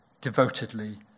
devotedly